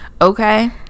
Okay